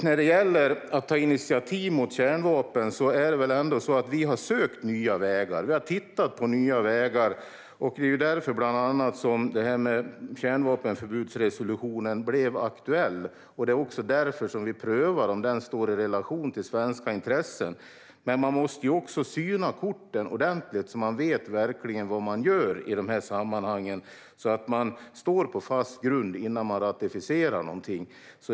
När det gäller att ta initiativ mot kärnvapen har vi sökt nya vägar, och det var bland annat därför som resolutionen mot kärnvapenförbud blev aktuell. Det är också därför vi prövar om den står i relation till svenska intressen. Men vi måste syna korten ordentligt så att vi verkligen vet vad vi gör och står på fast grund innan vi ratificerar något.